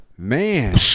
Man